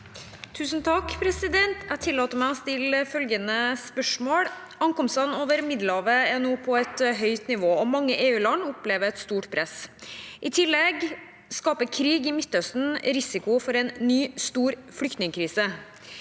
Lønseth (H) Jeg tillater meg å stille følgende spørsmål: «Ankomstene over Middelhavet er nå på et høyt nivå, og mange EU-land opplever et stort press. I tillegg skaper krig i Midtøsten risiko for en ny stor flyktningkrise.